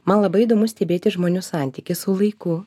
man labai įdomu stebėti žmonių santykį su laiku